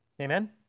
Amen